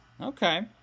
okay